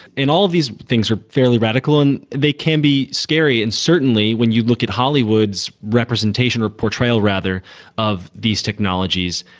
and all of these things are fairly radical and they can be scary. and certainly when you look at hollywood's representation or portrayal rather of these technologies,